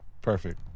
Perfect